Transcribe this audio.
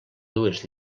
dues